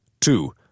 two